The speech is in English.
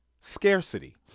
Scarcity